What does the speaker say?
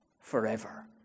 forever